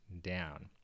down